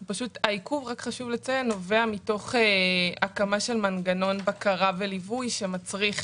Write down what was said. חשוב לציין שהעיכוב נובע עקב הקמה של מנגנון בקרה וליווי שמצריך